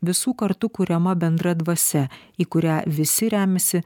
visų kartų kuriama bendra dvasia į kurią visi remiasi